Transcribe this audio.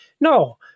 No